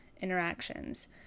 interactions